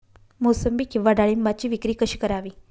मोसंबी किंवा डाळिंबाची विक्री कशी करावी?